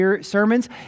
sermons